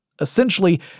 Essentially